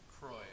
Croy